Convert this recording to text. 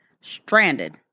stranded